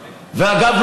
ואגב,